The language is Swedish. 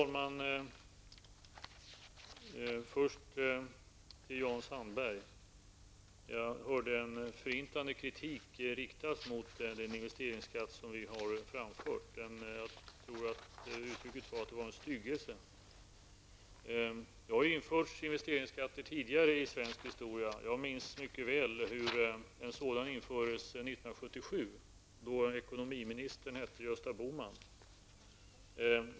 Fru talman! Först till Jan Sandberg. Jag hörde en förintande kritik riktas mot den investeringsskatt som vi har infört. Jan Sandberg sade att den var en styggelse. Det har införts investeringsskatter tidigare i svensk historia. Jag minns mycket väl hur en sådan infördes 1977. Dåvarande ekonomiministern hette Gösta Bohman.